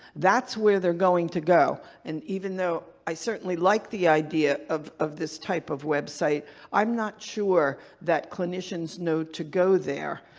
that's where they're going to go and even though i certainly like the idea of of this type of website i'm not sure that clinicians know to go there.